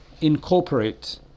incorporate